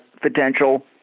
potential